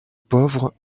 pauvre